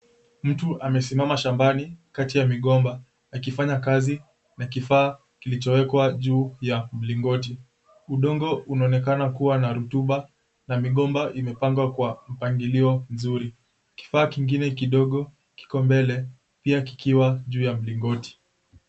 Mtu amesimama shambani kati ya migomba akifanya kazi na kifaa kilichowekwa juu ya mlingoti. Udongo unaonekana kuwa na rutuba na migomba imepangwa kwa mpangilio mzuri. Kifaa kingine kidogo kiko mbele pia kikiwa juu ya mlingoti.